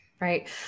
Right